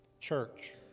church